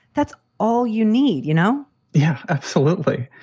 that's all you need, you know yeah, absolutely.